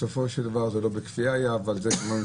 בסופו של דבר, זה לא היה בכפייה, אבל זה מהנתונים.